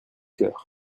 cœur